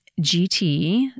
GT